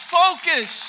focus